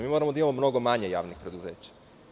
Mi moramo da imamo mnogo manje javnih preduzeća.